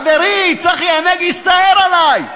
חברי צחי הנגבי הסתער עלי,